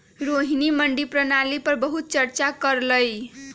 रोहिणी मंडी प्रणाली पर बहुत चर्चा कर लई